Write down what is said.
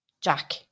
Jack